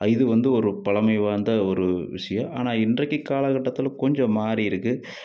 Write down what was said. இது வந்து ஒரு பழமை வாய்ந்த ஒரு விஷயம் ஆனால் இன்றைக்கு காலகட்டத்தில் கொஞ்சம் மாறி இருக்கு